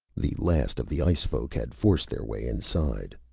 the last of the ice-folk had forced their way inside.